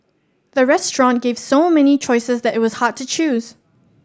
the restaurant gave so many choices that it was hard to choose